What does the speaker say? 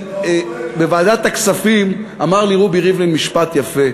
בוועדת הכספים אמר לי רובי ריבלין משפט יפה,